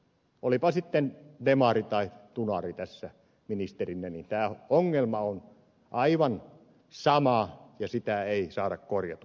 olipa sitten demari tai tunari tässä ministerinä tämä ongelma on aivan sama ja sitä ei saada korjatuksi